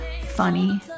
funny